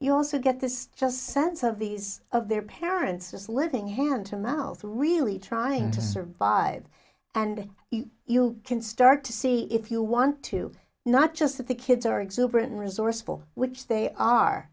you also get this just sense of these of their parents just living hand to mouth really trying to survive and you can start to see if you want to not just the kids are exuberant and resourceful which they are